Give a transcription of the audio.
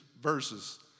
verses